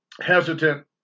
hesitant